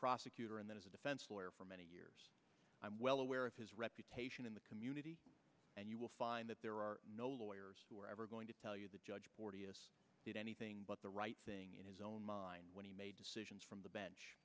prosecutor and then as a defense lawyer for many years i'm well aware of his reputation in the community and you will find that there are no lawyers who are ever going to tell you the judge did anything but the right thing in his own mind when he made decisions from the bench